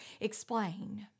explain